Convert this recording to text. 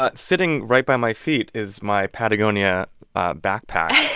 but sitting right by my feet is my patagonia backpack